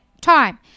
time